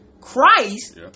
Christ